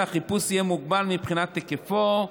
החיפוש יהיה מוגבל מבחינת היקפו,